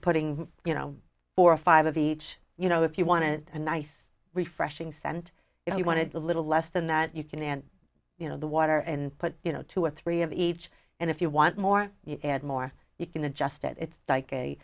putting you know four or five of each you know if you wanted a nice refreshing scent if you wanted a little less than that you can and you know the water and put you know two or three of each and if you want more and more you can adjust it it's like